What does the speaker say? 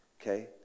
okay